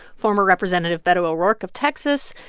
former representative beto o'rourke of texas,